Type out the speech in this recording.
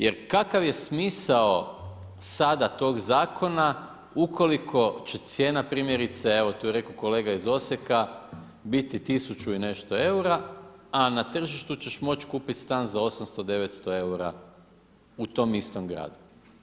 Jer kakav je smisao sada toga zakona ukoliko će cijena primjerice, evo tu je rekao kolega iz Osijeka biti 1000 i nešto eura a na tržištu ćeš moći kupiti stan za 800, 900 eura u tom istom gradu.